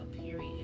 period